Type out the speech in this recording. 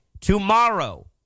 Tomorrow